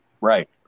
right